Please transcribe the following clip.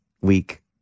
week